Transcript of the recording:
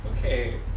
Okay